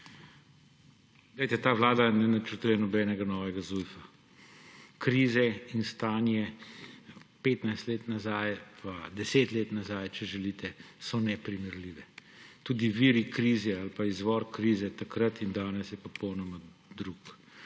vlada ne načrtuje nobenega novega Zujfa. Krize in stanje izpred 15 let pa 10 let, če želite, so neprimerljivi. Tudi viri krize ali izvor krize takrat in danes sta popolnoma drugačna.